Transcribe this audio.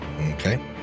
Okay